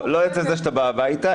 לא עצם זה שאתה בא הביתה,